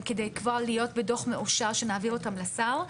כדי להיות כבר בדוח מאושר שנעביר לשר.